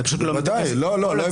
זה פשוט לא --- לא הבנת,